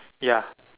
ya